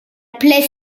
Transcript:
plaie